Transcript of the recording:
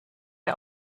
der